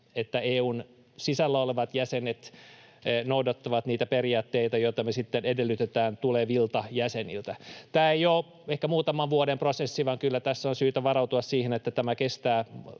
että EU:n sisällä olevat jäsenet noudattavat niitä periaatteita, joita sitten edellytetään tulevilta jäseniltä. Tämä ei ole ehkä muutaman vuoden prosessi, vaan kyllä tässä on syytä varautua siihen, että tämä kestää